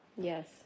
Yes